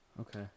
Okay